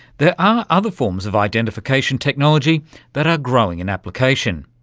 there are other forms of identification technology that are growing in application.